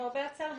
למרבה הצער,